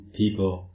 people